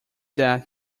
that